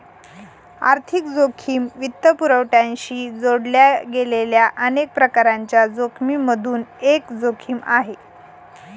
आर्थिक जोखिम वित्तपुरवठ्याशी जोडल्या गेलेल्या अनेक प्रकारांच्या जोखिमिमधून एक जोखिम आहे